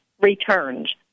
returns